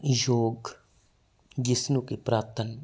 ਯੋਗ ਜਿਸ ਨੂੰ ਕਿ ਪੁਰਾਤਨ